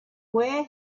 where